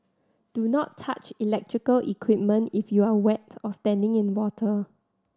do not touch electrical equipment if you are wet or standing in water